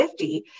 50